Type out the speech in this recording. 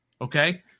Okay